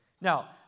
Now